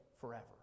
forever